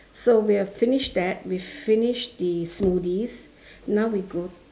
so we have finished that we've finished the smoothies now we go